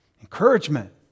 encouragement